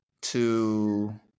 to-